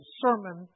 sermon